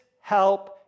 help